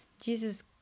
Jesus